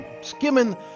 skimming